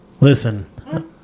Listen